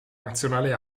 nazionale